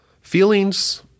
feelings